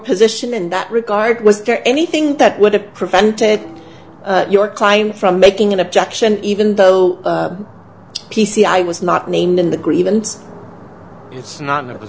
position in that regard was there anything that would have prevented your client from making an objection even though p c i was not named in the grievance it's not an i